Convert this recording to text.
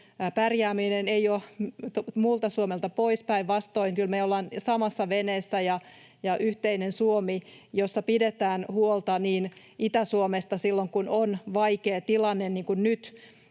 pärjääminen ei ole muulta Suomelta pois, päinvastoin, kyllä me ollaan samassa veneessä, ja tämä on yhteinen Suomi, jossa pidetään huolta esimerkiksi Itä-Suomesta silloin, kun on vaikea tilanne, niin kuin